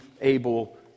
able